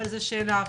אבל זו שאלה אחרת.